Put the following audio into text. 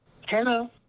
Hello